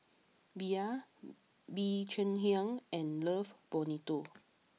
Bia Bee Cheng Hiang and Love Bonito